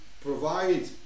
provide